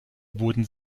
wurden